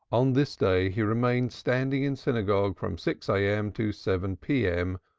on this day he remained standing in synagogue from six a m. to seven p m.